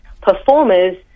performers